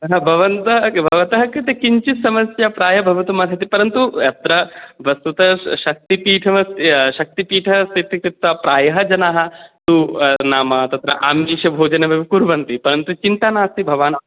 भवन्तः भवतः कृते किञ्चिद् समस्या प्रायः भवितुमर्हति परन्तु अत्र वस्तुतः शक्तिपीठं यत् शक्तिपीठम् इति कृत्वा प्रायः जनाः तु नाम तत्र आमिषभोजनमेव कुर्वन्ति परन्तु चिन्ता नास्ति भवान्